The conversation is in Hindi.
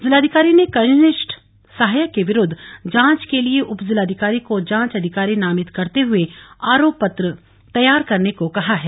जिलाधिकारी ने कनिष्ठ सहायक के विरूद्व जांच के लिए उप जिलाधिकारी को जांच अधिकारी नामित करते हुए आरोप पत्र तैयार करने को कहा है